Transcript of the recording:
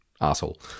asshole